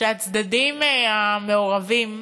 שהצדדים המעורבים